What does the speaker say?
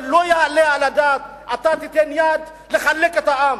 אבל לא יעלה על הדעת שאתה תיתן יד לחלק את העם.